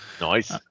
Nice